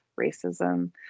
racism